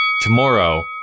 Tomorrow